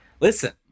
Listen